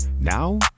Now